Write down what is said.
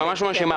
שנאמר.